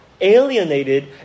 alienated